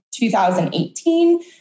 2018